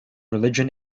religion